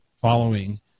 following